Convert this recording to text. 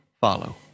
follow